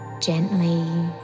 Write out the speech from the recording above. gently